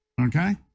Okay